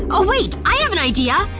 oh wait. i have an idea!